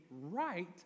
right